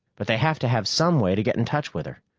but they have to have some way to get in touch with her.